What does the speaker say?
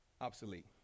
obsolete